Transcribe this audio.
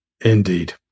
Indeed